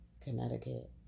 Connecticut